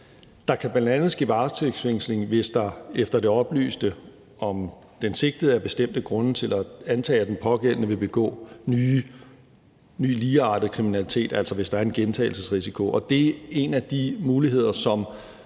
der kan bl.a. ske varetægtsfængsling, hvis der efter det oplyste om den sigtede er bestemte grunde til at antage, at den pågældende vil begå ny ligeartet kriminalitet, altså hvis der er en gentagelsesrisiko. Det er en af de muligheder i